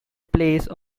place